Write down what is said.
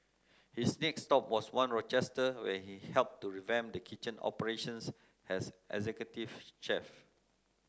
his next stop was One Rochester where he helped to revamp the kitchen operations as executive chef